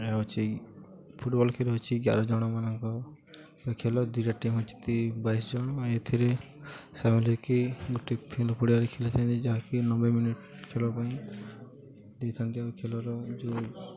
ଏହା ହେଉଛି ଫୁଟବଲ ଖେଳ ହେଉଛି ଏଗାର ଜଣ ମାନଙ୍କ ଖେଳ ଦୁଇଟା ଟିମ୍ ଅଛନ୍ତି ବାଇଶି ଜଣ ଏଥିରେ ସାମଲ୍ ହେଇକି ଗୋଟେ ଫିଲଡ଼ ପଡ଼ିଆରେ ଖେଳିଥାନ୍ତି ଯାହାକି ନବେ ମିନିଟ୍ ଖେଳ ପାଇଁ ଦେଇଥାନ୍ତି ଆଉ ଖେଳର ଯେଉଁ